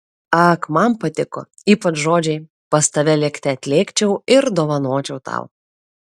ak man patiko ypač žodžiai pas tave lėkte atlėkčiau ir dovanočiau tau